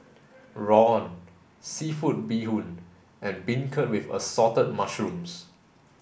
Rawon seafood bee hoon and beancurd with assorted mushrooms